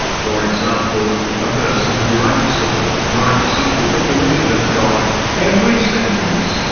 for example, a person who writes a book writes it with the permission of god every sentence,